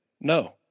no